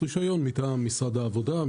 רישיון מטעם משרד העבודה,